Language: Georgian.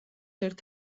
ერთ